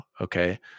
Okay